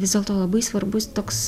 vis dėlto labai svarbus toks